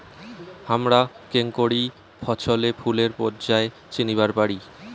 হামরা কেঙকরি ফছলে ফুলের পর্যায় চিনিবার পারি?